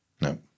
No